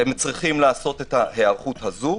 הם צריכים לעשות את ההיערכות הזו,